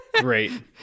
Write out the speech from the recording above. great